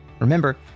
Remember